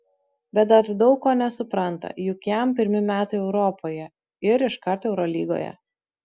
bet dar daug ko nesupranta juk jam pirmi metai europoje ir iškart eurolygoje